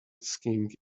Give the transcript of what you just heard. skiing